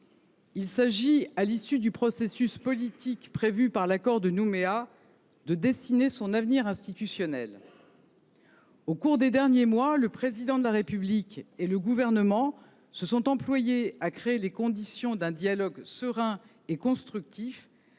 Il s’agit, à l’issue du processus politique prévu par l’accord de Nouméa, de dessiner son avenir institutionnel. Au cours des derniers mois, le Président de la République et le Gouvernement se sont employés à créer les conditions d’un dialogue serein et constructif